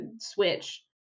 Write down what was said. Switch